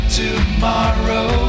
tomorrow